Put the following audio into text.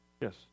Yes